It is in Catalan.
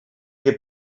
que